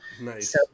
Nice